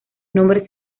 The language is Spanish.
nombre